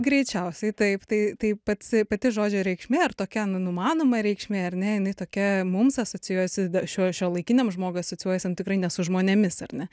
greičiausiai taip tai tai pats pati žodžio reikšmė ar tokia nu numanoma reikšmė ar ne jinai tokia mums asocijuojasi šiuo šiuolaikiniam žmogui asocijuojasi tikrai ne su žmonėmis ar ne